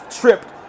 tripped